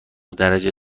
درجه